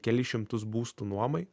kelis šimtus būstų nuomai